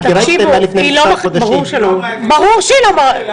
--- ברור שלא, ברור שלא.